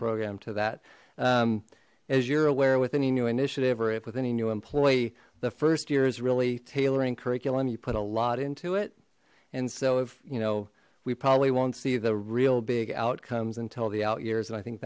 program to that as you're aware with any new initiative or if with any new employee the first year is really tailoring curriculum you put a into it and so if you know we probably won't see the real big outcomes until the out years and i think